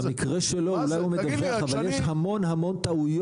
במקרה שלו אולי הוא מדווח, אבל יש המון טעויות.